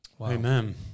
Amen